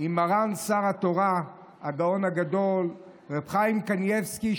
עם מרן שר התורה הגאון הגדול הרב חיים קניבסקי,